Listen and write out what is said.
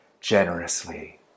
generously